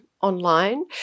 online